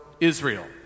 Israel